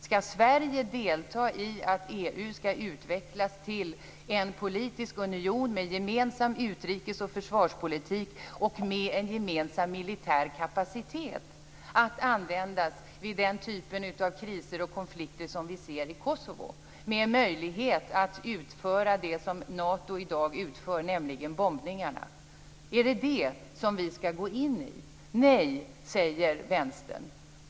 Skall Sverige delta i att EU som skall utvecklas till en politisk union med gemensam utrikes och försvarspolitik och med en gemensam militär kapacitet att användas vid den typ av kriser och konflikter som vi ser i Kosovo, med möjlighet att utföra det som Nato i dag utför, nämligen bombningarna? Är det detta vi skall gå in i? Nej, säger Vänstern.